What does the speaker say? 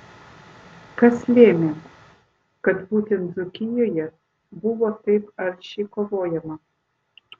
kas lėmė kad būtent dzūkijoje buvo taip aršiai kovojama